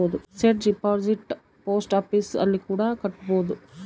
fixed deposit post office ಅಲ್ಲಿ ಕೂಡ ಕಟ್ಬೋದು